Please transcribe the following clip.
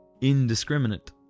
Indiscriminate